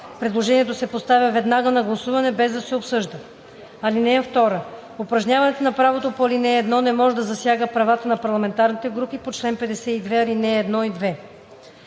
Предложението се поставя веднага на гласуване, без да се обсъжда. (2) Упражняването на правото по ал. 1 не може да засяга правата на парламентарните групи по чл. 52, ал. 1 и 2.“